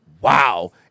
Wow